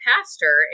pastor